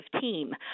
team